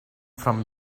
from